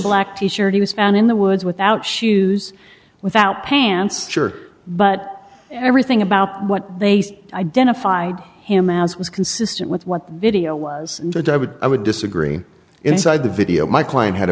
black t shirt he was found in the woods without shoes without pants but everything about what they saw identified him as was consistent with what the video was the day i would disagree inside the video my client had a